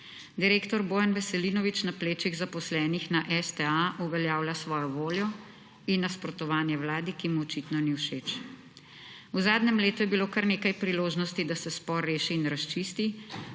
Direktor Bojan Veselinovič na plečih zaposlenih na STA uveljavlja svojo voljo in nasprotovanje Vladi, ki mu očitno ni všeč. V zadnjem letu je bilo kar nekaj priložnosti, da se spor reši in razčisti,